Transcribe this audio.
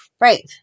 Right